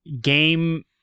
game